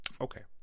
okay